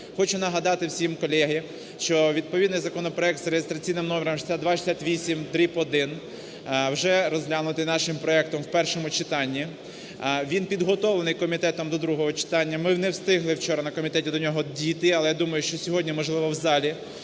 Хочу нагадати всім, колеги, що відповідний законопроект (за реєстраційним номером 6268-1) вже розглянутий нашим комітетом в першому читанні, він підготовлений комітетом до другого читання. Ми не встигли вчора на комітеті до нього дійти. Але я думаю, що сьогодні, можливо, в залі